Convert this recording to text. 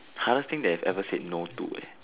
hardest thing I've ever said no to eh